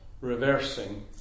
Reversing